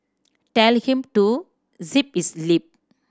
tell him to zip his lip